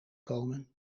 komen